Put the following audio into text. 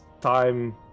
time